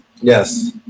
Yes